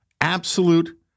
absolute